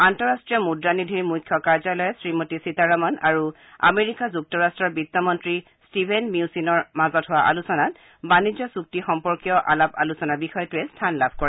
আন্তঃৰাষ্ট্ৰীয় মূদ্ৰানিধিৰ মুখ্য কাৰ্যালয়ত শ্ৰীমতী সীতাৰামন আৰু আমেৰিকা যুক্তৰাষ্ট্ৰৰ বিত্তমন্নী ষ্টিভেন মিউছিনৰ মাজত হোৱা আলোচনাত বাণিজ্য চুক্তি সম্পৰ্কীয় আলাপ আলোচনাৰ বিষয়টোৱে স্থান লাভ কৰে